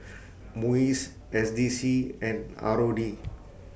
Muis S D C and R O D